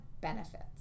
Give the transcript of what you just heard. benefits